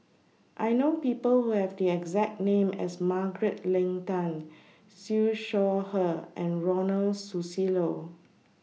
I know People Who Have The exact name as Margaret Leng Tan Siew Shaw Her and Ronald Susilo